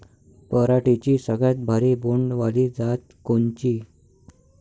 पराटीची सगळ्यात भारी बोंड वाली जात कोनची?